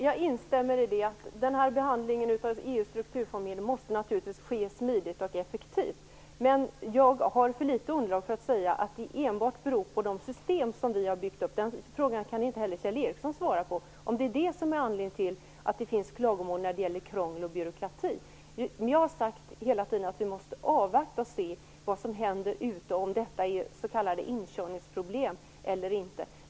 Fru talman! Jo, jag instämmer i det. Behandlingen av EU:s strukturfondsmedel måste naturligtvis ske smidigt och effektivt. Men jag har för litet underlag för att säga att det enbart beror på de system som vi har byggt upp. Den frågan kan inte heller Kjell Ericsson svara på - om det är det som är anledningen till att det finns klagomål över krångel och byråkrati. Jag har hela tiden sagt att vi måste avvakta och se vad som händer, om detta är s.k. inkörningsproblem eller inte.